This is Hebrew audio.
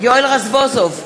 יואל רזבוזוב,